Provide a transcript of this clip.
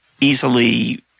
easily